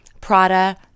Prada